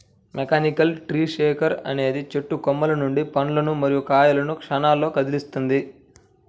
mechanical tree shaker అనేది చెట్టు కొమ్మల నుండి పండ్లు మరియు కాయలను క్షణాల్లో కదిలిస్తుంది